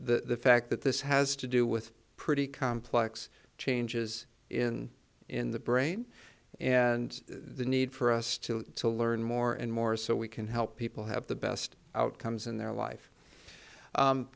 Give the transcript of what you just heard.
the fact that this has to do with pretty complex changes in in the brain and the need for us to to learn more and more so we can help people have the best outcomes in their life